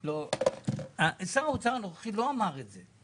לא --- שר האוצר הנוכחי לא אמר את זה,